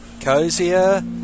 Cozier